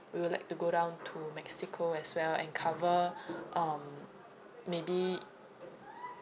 we would like to go down to mexico as well and cover um maybe